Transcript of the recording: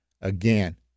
Again